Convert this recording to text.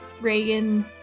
Reagan